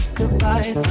goodbye